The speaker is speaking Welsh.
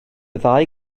ddau